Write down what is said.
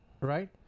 right